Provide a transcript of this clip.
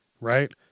right